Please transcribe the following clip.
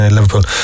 Liverpool